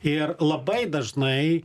ir labai dažnai